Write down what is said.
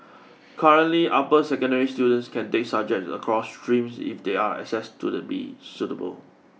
currently upper secondary students can take subjects across streams if they are assessed to the be suitable